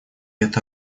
эта